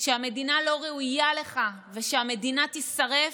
שהמדינה לא ראויה לך ושהמדינה תישרף,